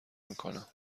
میکنم